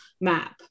map